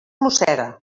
mossega